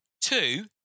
Two